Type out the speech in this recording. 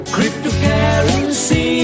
Cryptocurrency